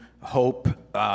hope